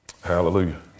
Hallelujah